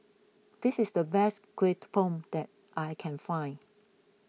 this is the best Bom that I can find